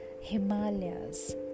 himalayas